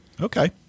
okay